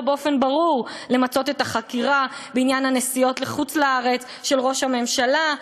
באופן ברור למצות את החקירה בעניין הנסיעות של ראש הממשלה לחוץ-לארץ.